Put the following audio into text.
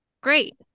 great